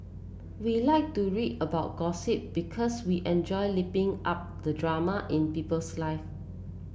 we like to read about gossip because we enjoy lapping up the drama in people's live